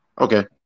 Okay